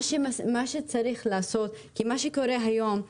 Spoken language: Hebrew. מה שקורה היום,